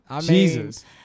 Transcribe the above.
Jesus